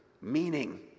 meaning